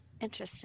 Interesting